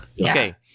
Okay